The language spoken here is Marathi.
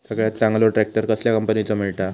सगळ्यात चांगलो ट्रॅक्टर कसल्या कंपनीचो मिळता?